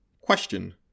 question